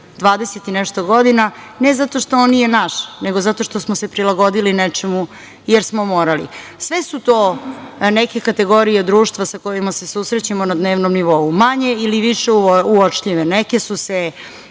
20 i nešto godina, ne zato što on nije naš, nego zato što smo se prilagodili nečemu, jer smo morali. Sve su to neke kategorije društva sa kojima se susrećemo na dnevnom nivou, manje ili više, uočljive, i neke su se